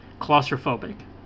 claustrophobic